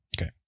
Okay